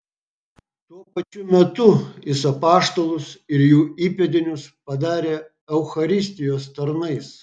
tuo pačiu metu jis apaštalus ir jų įpėdinius padarė eucharistijos tarnais